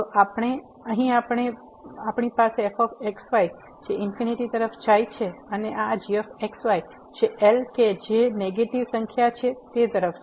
તો અહીં આપણી પાસે fx y જે ઇન્ફીનીટી તરફ જાય છે અને આ gx y જે L કે જે નેગેટીવ સંખ્યા છે તે તરફ જાય છે